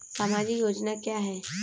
सामाजिक योजना क्या है?